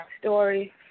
story